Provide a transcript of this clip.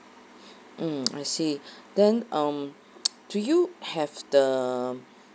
mm I see then um do you have the